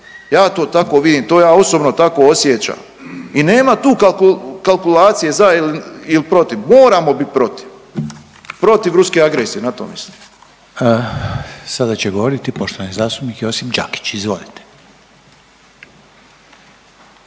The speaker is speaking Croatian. Ja to tako vidim, to ja osobno tako osjećam i nema tu kalkulacije za ili protiv, moramo bit protiv. Protiv ruske agresije, na to mislim. **Reiner, Željko (HDZ)** Sada će govoriti poštovani zastupnik Josip Đakić, izvolite.